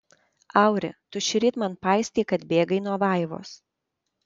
auri tu šįryt man paistei kad bėgai nuo vaivos